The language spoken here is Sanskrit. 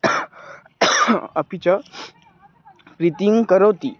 अपि च प्रीतिं करोति